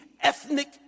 ethnic